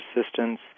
assistance